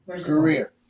Career